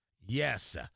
Yes